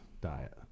diet